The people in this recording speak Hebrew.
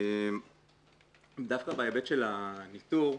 דווקא בהיבט של הניתור,